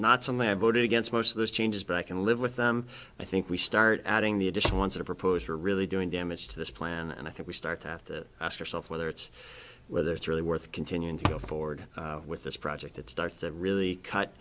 not something i voted against most of those changes but i can live with them i think we start adding the additional ones that are proposed are really doing damage to this plan and i think we start at the ask yourself whether it's whether it's really worth continuing to go forward with this project it starts to really cut